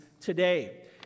today